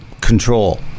control